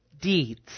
deeds